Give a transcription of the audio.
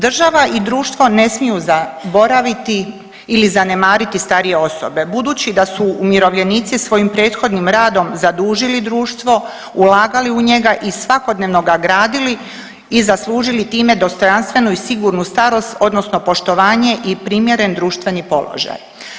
Država i društvo ne smiju zaboraviti ili zanemariti starije osobe budući da su umirovljenici svojim prethodnim radom zadužili društvo, ulagali u njega i svakodnevno ga gradili i zaslužili time dostojanstvenu i sigurnu starost, odnosno poštovanje i primjeren društveni položaj.